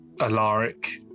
Alaric